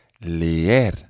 leer